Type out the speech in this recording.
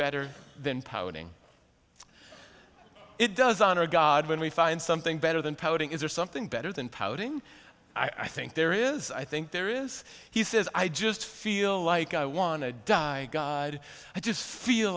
better than pouting it does honor god when we find something better than putting is there something better than pouting i think there is i think there is he says i just feel like i want to die i just feel